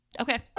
okay